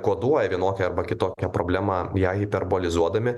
koduoja vienokia arba kitokia problema ją hiperbolizuodami